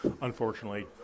unfortunately